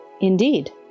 Indeed